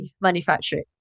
manufacturing